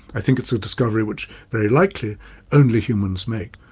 i think it's a discovery which very likely only humans make.